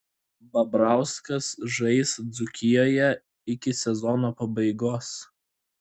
babrauskas žais dzūkijoje iki sezono pabaigos